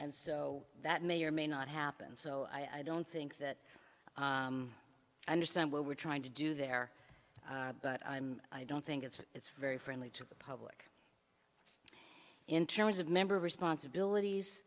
and so that may or may not happen so i don't think that i understand what we're trying to do there but i don't think it's it's very friendly to the public in terms of member responsibilities